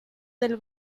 del